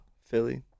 Philly